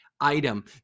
item